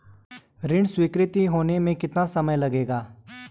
ऋण स्वीकृति होने में कितना समय लगेगा?